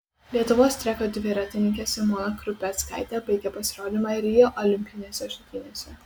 lietuvos treko dviratininkė simona krupeckaitė baigė pasirodymą rio olimpinėse žaidynėse